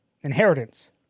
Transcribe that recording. inheritance